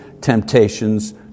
temptations